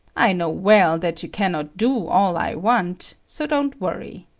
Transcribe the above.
i know well that you cannot do all i want, so don't worry.